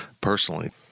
personally